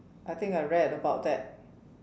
I think I read about that